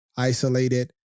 isolated